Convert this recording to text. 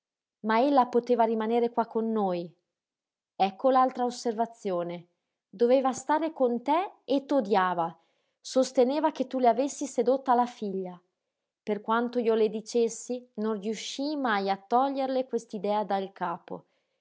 ma ella poteva rimanere qua con noi ecco l'altra osservazione doveva stare con te e t'odiava sosteneva che tu le avessi sedotta la figlia per quanto io le dicessi non riuscii mai a toglierle quest'idea dal capo